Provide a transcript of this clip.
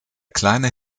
kleine